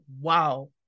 wow